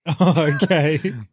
Okay